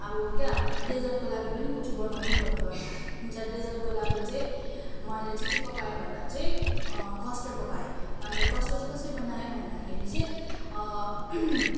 अब क्या डेजर्टको लागि पनि कुछ बनाउनु भन्नु भयो अन्त डेजर्टको लागि चाहिँ मैले चाहिँ के पकाएँ भन्दा चाहिँ कस्टर्ड पकाएँ कस्टर्ड चाहिँ कसरी बनाएँ भन्दाखेरि चाहिँ